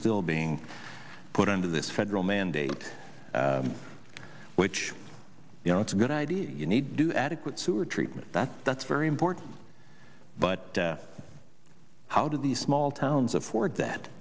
still being put under this federal mandate which you know it's a good idea you need to do adequate sewer treatment that's that's very important but how do these small towns afford that